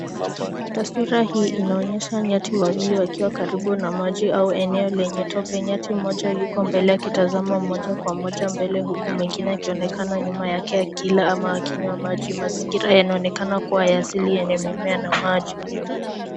Taswira hii inaonyesha nyati wawili wakiwa karibu na maji au eneo lenye tope. Nyati mmoja yuko mbele akitazama moja kwa moja mbele huku mwingine akionekana nyuma yake akilia ama akinywa maji. Mazingira yanaonekana kuwa ya asili yenye mimea na maji.